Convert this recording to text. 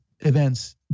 Events